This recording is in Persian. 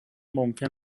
ممکن